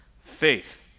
faith